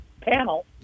panel